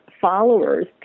followers